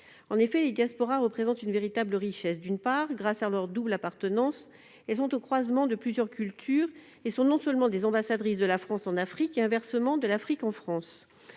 En effet, les diasporas représentent une véritable richesse. D'une part, grâce à leur double appartenance, elles sont au croisement de plusieurs cultures et sont non seulement des ambassadrices de la France en Afrique, mais, inversement, de l'Afrique en France.